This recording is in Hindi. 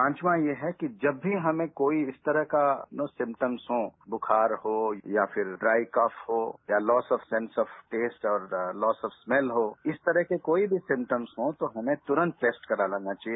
पांचवां ये है कि जब भी हमें कोई इस तरह का न सिम्टम्स हो बुखार हो या फिर ड्राई कफ हो या फिर loss of sense of taste और लॉस ऑफ स्मैल हो इस तरह के कोई भी सिमटम्स हों तो हमें तुरन्त टैस्ट करा लेना चाहिए